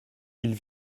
ils